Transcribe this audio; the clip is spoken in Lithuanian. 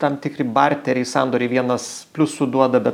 tam tikri barteriai sandoriai vienas pliusų duoda be